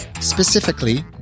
specifically